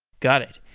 got it.